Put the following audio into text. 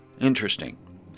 Interesting